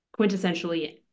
quintessentially